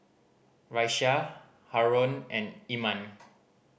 Raisya Haron and Iman